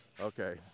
Okay